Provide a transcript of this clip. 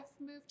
moved